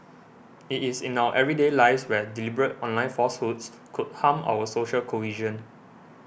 it is in our everyday lives where deliberate online falsehoods could harm our social cohesion